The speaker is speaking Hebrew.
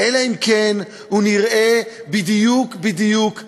אלא אם כן הוא נראה בדיוק בדיוק כמונו.